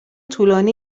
طولانی